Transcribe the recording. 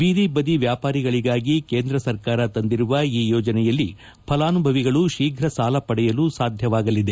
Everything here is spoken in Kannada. ಬೀದಿ ಬದಿ ವ್ಯಾಪಾರಿಗಳಿಗಾಗಿ ಕೇಂದ್ರ ಸರ್ಕಾರ ತಂದಿರುವ ಈ ಯೋಜನೆಯಲ್ಲಿ ಫಲಾನುಭವಿಗಳು ಶೀಫ್ರ ಸಾಲ ಪಡೆಯಲು ಸಾಧ್ಯವಾಗಲಿದೆ